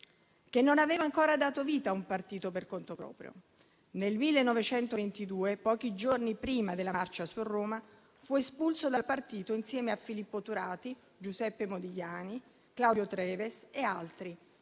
che non aveva ancora dato vita a un partito per conto proprio. Nel 1922, pochi giorni prima della Marcia su Roma, fu espulso dal partito insieme a Filippo Turati, Giuseppe Modigliani, Claudio Treves e altri,